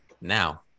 Now